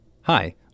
Hi